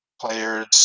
players